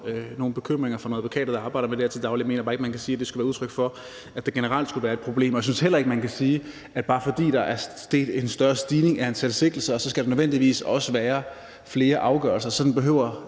nogle bekymringer fra nogle advokater, der arbejder med det her til daglig, men jeg mener bare ikke, at man kan sige, at det skulle være udtryk for, at der generelt skulle være et problem. Og jeg synes heller ikke, man kan sige, at bare fordi der er sket en større stigning i antal sigtelser, skal der nødvendigvis også være flere afgørelser. Sådan behøver